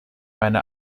meine